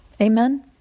Amen